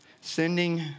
sending